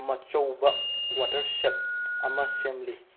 ꯃꯆꯧꯕ water set ꯑꯃ ꯁꯦꯝꯂꯤ